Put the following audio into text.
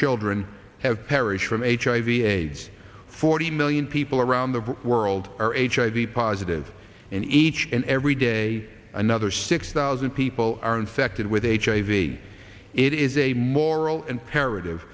children have perished from hiv aids forty million people around the world are hiv positive and each and every day another six thousand people are infected with hiv it is a moral imperative